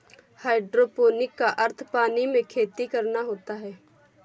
hydroponic का अर्थ पानी में खेती करना होता है